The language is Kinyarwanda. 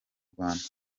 rwanda